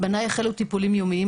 בניי החלו טיפולים יומיים,